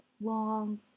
long